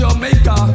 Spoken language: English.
Jamaica